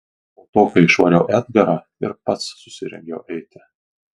po to kai išvariau edgarą ir pats susirengiau eiti